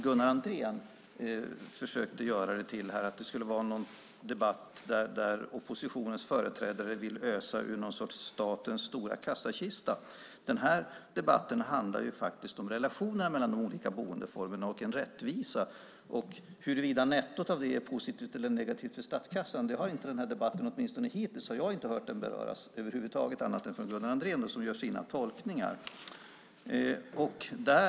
Gunnar Andrén talade om att detta skulle vara en debatt där oppositionens företrädare vill ösa ur statens stora kassakista. Den här debatten handlar faktiskt om relationerna mellan de olika boendeformerna och om rättvisa. Huruvida nettot av det är positivt eller negativt för statskassan har hittills inte berörts i denna debatt. Jag har åtminstone inte hört detta beröras över huvud taget annat än från Gunnar Andrén som gör sina tolkningar.